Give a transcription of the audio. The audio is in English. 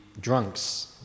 drunks